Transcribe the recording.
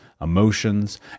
emotions